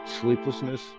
sleeplessness